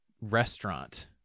restaurant